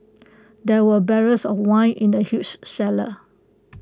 there were barrels of wine in the huge cellar